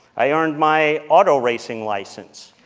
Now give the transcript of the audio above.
i earned my auto racing license.